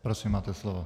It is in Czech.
Prosím, máte slovo.